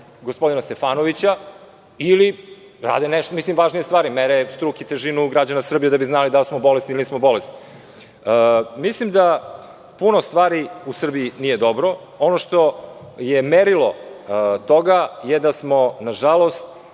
gospodina Stefanovića, ili rade važnije stvari. Mere struk i težinu građana Srbije, da bi znali da li smo bolesni ili nismo bolesni. Mislim da puno stvari u Srbiji nije dobro. Ono što je merilo toga je da smo nažalost